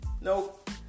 Nope